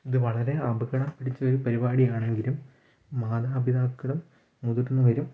ഇതു വളരെ അപകടം പിടിച്ചൊരു പരിപാടി ആണെങ്കിലും മാതാപിതാക്കളും മുതിർന്നവരും